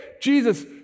Jesus